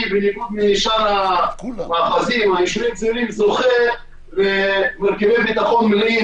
ואני זוכה למרכיבי ביטחון מלאים,